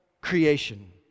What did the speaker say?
creation